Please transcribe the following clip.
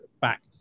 back